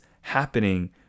happening